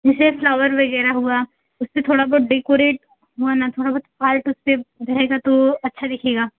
जैसे फ्लावर वगैरह हुआ उससे थोड़ा बहुत डेकोरेट हुआ न थोड़ा बहुत आर्ट उससे रहेगा तो अच्छा दिखेगा